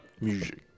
Music